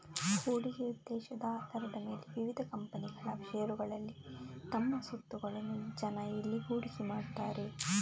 ಹೂಡಿಕೆ ಉದ್ದೇಶದ ಆಧಾರದ ಮೇಲೆ ವಿವಿಧ ಕಂಪನಿಗಳ ಷೇರುಗಳಲ್ಲಿ ತಮ್ಮ ಸ್ವತ್ತುಗಳನ್ನ ಜನ ಇಲ್ಲಿ ಹೂಡಿಕೆ ಮಾಡ್ತಾರೆ